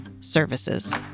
services